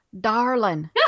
darling